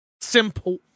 Simple